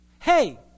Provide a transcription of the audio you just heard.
hey